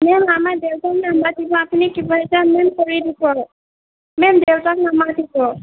ma'am আমাৰ দেউতাক নামাতিব আপুনি কিবা এটা মেম কৰি দিব মেম দেউতাক নামাতিব